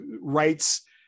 rights